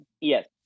Yes